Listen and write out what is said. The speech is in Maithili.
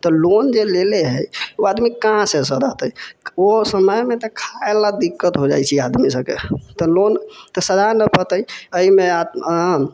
तऽ लोन जे लेलै है उ आदमी कहाँसँ सधेतै ओ समयमे तऽ खाय लै दिक्कत हो जाइ छै आदमी सबके तऽ लोन सधा नहि पौते अयमे